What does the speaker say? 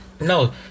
no